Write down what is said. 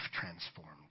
transformed